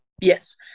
Yes